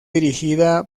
dirigida